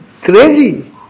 Crazy